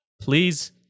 Please